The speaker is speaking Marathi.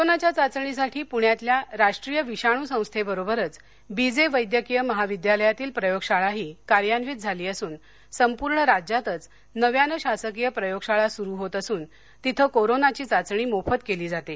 कोरोनाच्या चाचणीसाठी पूण्यातल्या राष्ट्रीय विषाणू संस्थेबरोबरच बी जे वैद्यकीय महाविद्यालयातील प्रयोगशाळाही कार्यान्वित झाली असून संपूर्ण राज्यातच नव्यानं शासकीय प्रयोगशाळा सुरु होत असून तिथं कोरोनाची चाचणी मोफत केली जाते